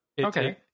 Okay